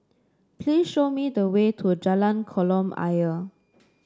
please show me the way to Jalan Kolam Ayer